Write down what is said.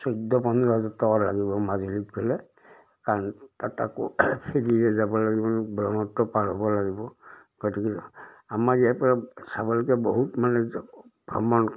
চৈধ্য পোন্ধৰ হাজাৰ টকা লাগিব মাজুলীত গ'লে কাৰণ তাত তাকো ফেৰীৰে যাব লাগিব ব্ৰহ্মপুত্ৰ পাৰ হ'ব লাগিব গতিকে আমাৰ ইয়াৰ পৰা চাবলগীয়া বহুত মানে ভ্ৰমণ